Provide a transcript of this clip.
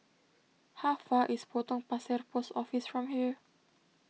how far is Potong Pasir Post Office from here